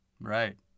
Right